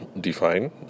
define